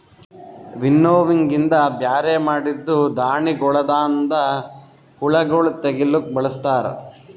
winnowing ಇಂದ ಬ್ಯಾರೆ ಮಾಡಿದ್ದೂ ಧಾಣಿಗೊಳದಾಂದ ಹುಳಗೊಳ್ ತೆಗಿಲುಕ್ ಬಳಸ್ತಾರ್